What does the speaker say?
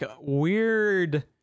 weird